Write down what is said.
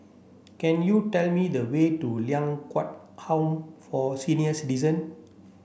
can you tell me the way to Ling Kwang Home for Senior Citizen